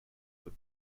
but